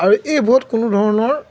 আৰু এইবোৰত কোনো ধৰণৰ